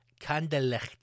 Kandelicht